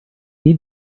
need